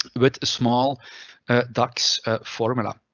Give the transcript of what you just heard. with a small dax formula.